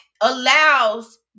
allows